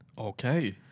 Okay